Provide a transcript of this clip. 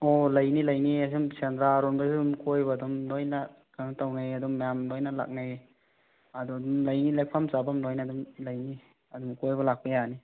ꯑꯣ ꯂꯩꯅꯤ ꯂꯩꯅꯤ ꯁꯨꯝ ꯁꯦꯟꯗ꯭ꯔꯥꯔꯣꯝꯗꯁꯨ ꯑꯗꯨꯝ ꯀꯣꯏꯕ ꯑꯗꯨꯝ ꯂꯣꯏꯅ ꯀꯩꯅꯣ ꯇꯧꯅꯩ ꯑꯗꯨꯝ ꯃꯌꯥꯝ ꯂꯣꯏꯅ ꯂꯥꯛꯅꯩ ꯑꯗꯣ ꯑꯗꯨꯝ ꯂꯩꯅꯤ ꯂꯦꯛꯐꯝ ꯆꯥꯐꯝ ꯂꯣꯏꯅ ꯑꯗꯨꯝ ꯂꯩꯅꯤ ꯑꯗꯨꯝ ꯀꯣꯏꯕ ꯂꯥꯛꯄ ꯌꯥꯅꯤ